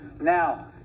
Now